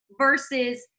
versus